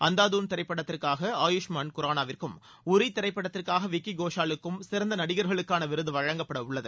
அந்தாதான திரைப்படத்திற்காக ஆயுஷ்மன்னன் குரானாவிற்கும் உரி திரைப்படத்திற்காக விக்கி கோஷலுக்கும் சிறந்த நடிகர்களுக்கான விருது வழங்கப்படவுள்ளது